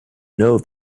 know